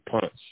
punch